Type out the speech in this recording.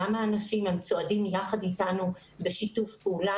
גם האנשים והם צועדים יחד אתנו בשיתוף פעולה.